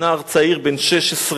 נער צעיר בן 16,